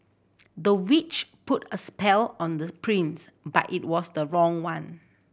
the witch put a spell on the prince but it was the wrong one